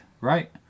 right